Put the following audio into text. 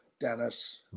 Dennis